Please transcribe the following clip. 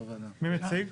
מי מציג?